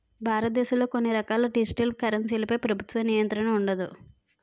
భారతదేశంలో కొన్ని రకాల డిజిటల్ కరెన్సీలపై ప్రభుత్వ నియంత్రణ ఉండదు